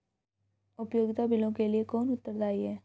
उपयोगिता बिलों के लिए कौन उत्तरदायी है?